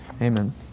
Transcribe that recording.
Amen